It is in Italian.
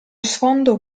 sfondo